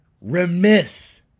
Remiss